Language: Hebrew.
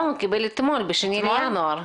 לא, קיבל אתמול, ב-2 בינואר.